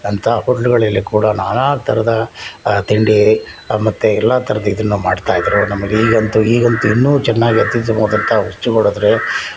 ಅಂಥ ಹೋಟೆಲ್ಗಳಲ್ಲಿ ಕೂಡ ನಾನಾ ಥರದ ತಿಂಡಿ ಮತ್ತು ಎಲ್ಲ ಥರದ ಇದನ್ನು ಮಾಡ್ತಾಯಿದ್ರು ನಮ್ಮಲ್ಲಿ ಈಗಂತೂ ಈಗಂತೂ ಇನ್ನೂ ಚೆನ್ನಾಗಿ ಅತ್ಯುತ್ತಮವಾದಂಥ ವಸ್ತು ನೋಡಿದರೆ